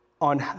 on